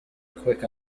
quick